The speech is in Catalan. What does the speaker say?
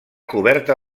coberta